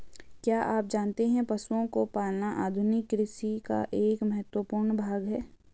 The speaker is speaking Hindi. क्या आप जानते है पशुओं को पालना आधुनिक कृषि का एक महत्वपूर्ण भाग है?